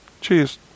Cheers